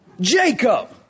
Jacob